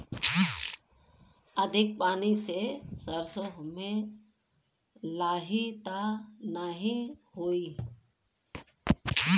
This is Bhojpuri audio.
अधिक पानी से सरसो मे लाही त नाही होई?